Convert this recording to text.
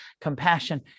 compassion